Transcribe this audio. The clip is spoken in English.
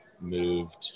moved